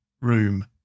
Room